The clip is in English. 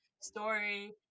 story